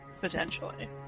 Potentially